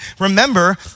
Remember